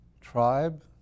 Tribe